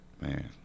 Man